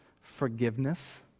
Forgiveness